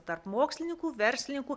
tarp mokslininkų verslininkų